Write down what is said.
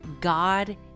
God